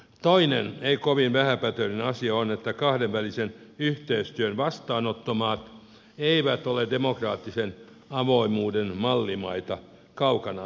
toinen ei kovin vähäpätöinen asia on että kahdenvälisen yhteistyön vastaanottomaat eivät ole demokraattisen avoimuuden mallimaita kaukana siitä